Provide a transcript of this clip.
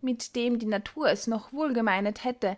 mit dem die natur es noch wohl gemeinet hätte